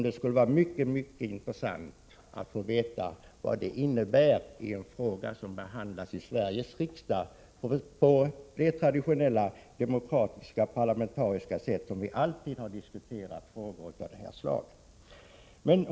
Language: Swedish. Det skulle vara mycket intressant att få veta vad det innebär i en fråga som behandlas i Sveriges riksdag på det traditionella demokratiska och parlamentariska sätt som vi alltid har diskuterat frågor av det här slaget.